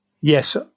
yes